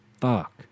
Fuck